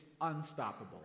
unstoppable